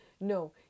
No